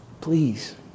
Please